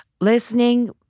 listening